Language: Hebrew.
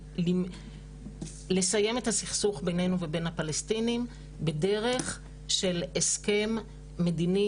לסיים את הסכסוך ביננו ובין הפלסטינים בדרך של הסכם מדיני,